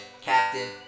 Captain